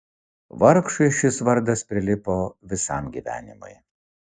vargšui šis vardas prilipo visam gyvenimui